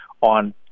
on